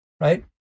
right